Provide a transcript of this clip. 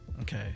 Okay